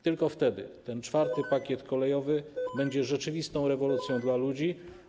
Tylko wtedy ten IV pakiet kolejowy będzie rzeczywistą rewolucją dla ludzi.